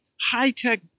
high-tech